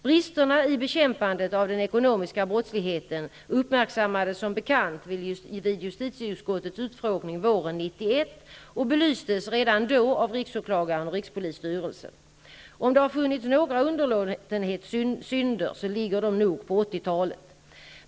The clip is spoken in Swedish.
Bristerna i bekämpandet av den ekonomiska brottsligheten uppmärksammades som bekant vid justitieutskottets utfrågning våren 1991 och belystes redan då av riksåklagaren och rikspolisstyrelsen. Om det har funnits några underlåtenhetssynder så ligger de nog på 1980 talet.